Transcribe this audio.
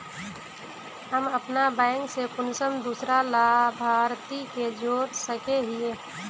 हम अपन बैंक से कुंसम दूसरा लाभारती के जोड़ सके हिय?